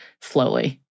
slowly